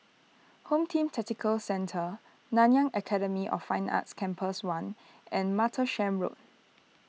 Home Team Tactical Centre Nanyang Academy of Fine Arts Campus one and Martlesham Road